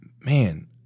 man